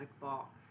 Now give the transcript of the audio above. ball